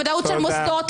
בוודאות של מוסדות.